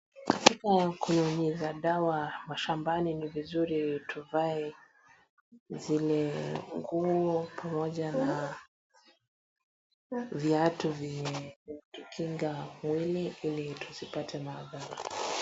Katika kunyunyiza dawa mashambani ni vizuri tuvae zile nguo pamoja na viatu vyenye kutukinga mwili ili tusipate maadhari.